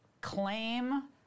claim